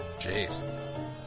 Jeez